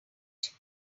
ssh